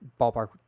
ballpark